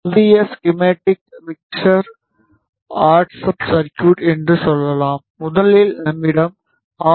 புதிய ஸ்கிமெடிக்கை mixer add sub circuit என்று சொல்லலாம் முதலில் நம்மிடம் ஆர்